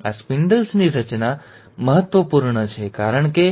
અને આ સ્પિન્ડલની રચના મહત્વપૂર્ણ છે કારણ કે